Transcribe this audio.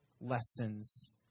lessons